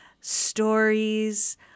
stories